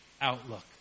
outlook